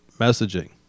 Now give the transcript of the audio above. messaging